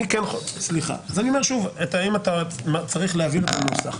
אני אומר שוב, אם אתה צריך, תבהיר את הנוסח.